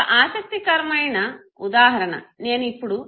ఒక ఆసక్తికరమైన ఉదాహరణ నేను ఇప్పుడు J